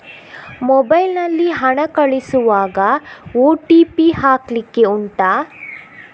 mobile ನಲ್ಲಿ ಹಣ ಕಳಿಸುವಾಗ ಓ.ಟಿ.ಪಿ ಹಾಕ್ಲಿಕ್ಕೆ ಉಂಟಾ